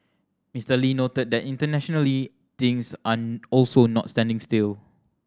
Mister Lee noted that internationally things an also not standing still